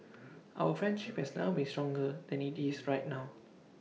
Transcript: our friendship has never been stronger than IT is right now